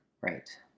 Right